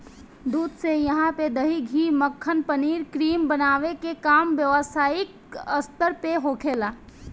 दूध से इहा पे दही, घी, मक्खन, पनीर, क्रीम बनावे के काम व्यवसायिक स्तर पे होखेला